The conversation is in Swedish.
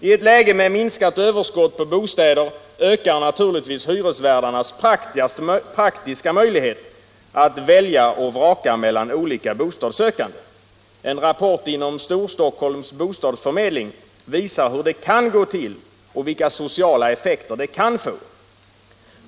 I ett läge med minskat överskott på bostäder ökar naturligtvis hyresvärdarnas praktiska möjlighet att välja och vraka mellan olika bostadssökande. En rapport inom Storstockholms bostadsförmedling visar hur det kan gå till och vilka sociala effekter det kan få.